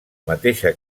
mateixa